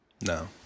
No